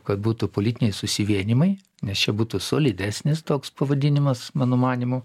kad būtų politiniai susivienijimai nes čia būtų solidesnis toks pavadinimas mano manymu